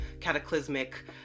cataclysmic